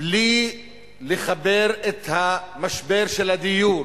בלי לחבר את המשבר של הדיור